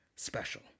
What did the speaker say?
special